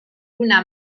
una